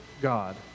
God